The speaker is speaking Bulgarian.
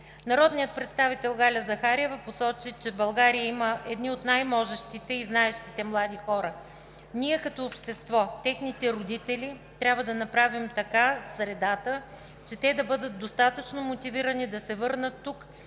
Народният представител Галя Захариева посочи, че България има едни от най-можещите и знаещите млади хора. Ние като общество, техните родители, трябва да направим така средата, че те да бъдат достатъчно мотивирани да се върнат тук